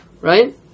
Right